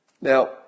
Now